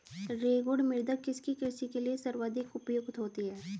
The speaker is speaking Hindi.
रेगुड़ मृदा किसकी कृषि के लिए सर्वाधिक उपयुक्त होती है?